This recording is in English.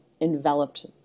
enveloped